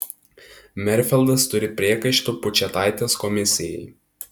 merfeldas turi priekaištų pučėtaitės komisijai